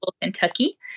Kentucky